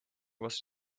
was